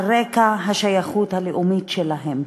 על רקע השייכות הלאומית שלהם.